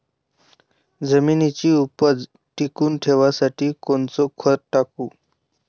जमिनीची उपज टिकून ठेवासाठी कोनचं खत टाकू?